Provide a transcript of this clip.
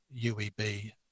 UEB